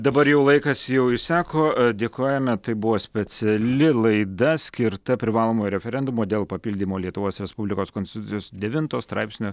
dabar jau laikas jau išseko dėkojame tai buvo speciali laida skirta privalomojo referendumo dėl papildymo lietuvos respublikos konstitucijos devynto straipsnio